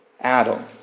Adam